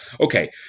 Okay